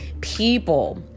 people